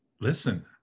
Listen